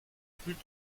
brûle